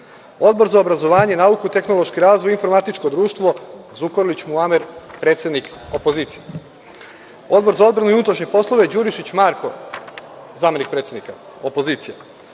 Odbor za obrazovanje, nauku, tehnološki razvoj, informatičko društvo, Zukorlić Muamer, predsednik, opozicije. Odbor za odbranu i unutrašnje poslove, Đurišić Marko, zamenik predsednika, opozicija.